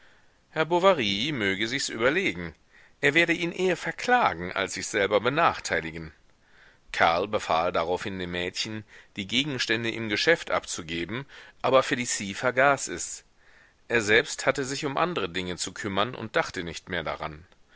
herr bovary möge sichs überlegen er werde ihn eher verklagen als sich selber benachteiligen karl befahl daraufhin dem mädchen die gegenstände im geschäft abzugeben aber felicie vergaß es er selbst hatte sich um andre dinge zu kümmern und dachte nicht mehr daran